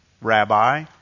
Rabbi